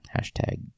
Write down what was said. hashtag